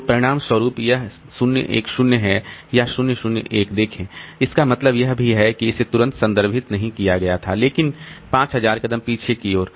तो परिणामस्वरूप यह 0 1 0 है या 0 0 1 देखें इसका मतलब यह भी है कि इसे तुरंत संदर्भित नहीं किया गया था लेकिन 5 000 कदम पीछे की ओर